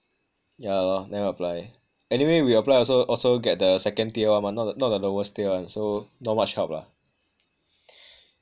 yah lor never apply anyway we apply also also get the second tier one mah not the not the lowest tier one so not much help lah